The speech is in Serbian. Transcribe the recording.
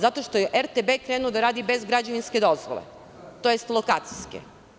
Zato što je RTB krenuo da radi bez građevinske dozvole, odnosno lokacijske.